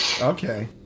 Okay